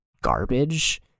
garbage